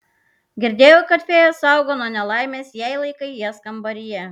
girdėjau kad fėjos saugo nuo nelaimės jei laikai jas kambaryje